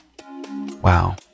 Wow